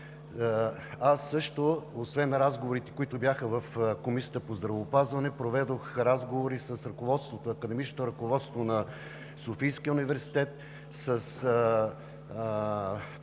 Освен разговорите, които бяха в Комисията по здравеопазване, аз също проведох разговори с академичното ръководство на Софийския университет, с